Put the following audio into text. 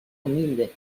humilde